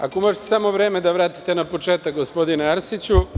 Ako možete samo vreme da vratite na početak, gospodine Arsiću.